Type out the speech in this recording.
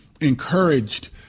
encouraged